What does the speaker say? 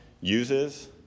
uses